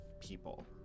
people